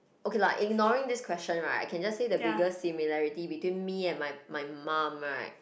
okay lah ignoring this question right I can just say the biggest similarity between me and my my mum right